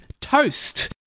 toast